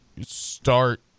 start –